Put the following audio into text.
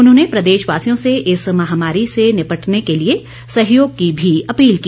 उन्होंने प्रदेशवासियों से इस महामारी से निपटने के लिए सहयोग की भी अपील की